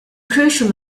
crucial